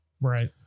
Right